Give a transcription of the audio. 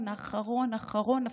האחרון האחרון האחרון,